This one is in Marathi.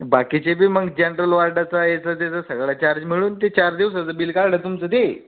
बाकीचे बी मग जनरल वॉर्डाचं ह्याचा त्याचा सगळा चार्ज मिळून ते चार दिवसाचं बिल काढलं तुमचं ते